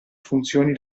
funzioni